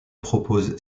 propose